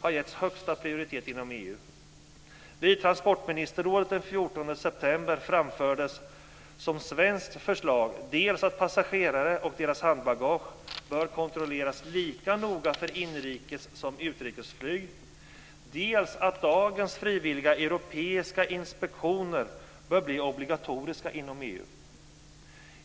har getts högsta prioritet inom EU. Vid transportministerrådet den 14 september framfördes som svenskt förslag dels att passagerare och deras handbagage bör kontrolleras lika noga för inrikessom för utrikesflyg, dels att dagens frivilliga europeiska inspektioner bör bli obligatoriska inom EU.